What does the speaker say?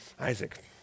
Isaac